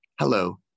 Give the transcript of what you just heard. Hello